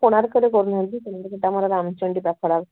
କୋଣାର୍କରେ କରୁନାହାଁନ୍ତି ରାମଚଣ୍ଡୀ ପାଖ